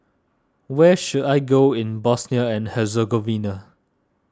where should I go in Bosnia and Herzegovina